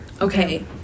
Okay